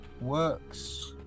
works